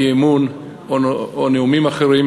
אי-אמון או נאומים אחרים.